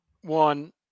one